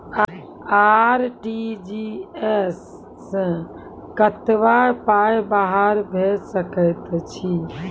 RTGS सअ कतबा पाय बाहर भेज सकैत छी?